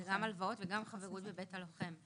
גם הלוואות וגם חברות בבית הלוחם,